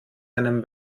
einem